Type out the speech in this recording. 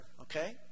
okay